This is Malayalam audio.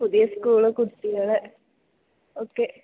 പുതിയ സ്കൂളും കുട്ടികൾ ഒക്കെ